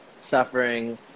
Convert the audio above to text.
suffering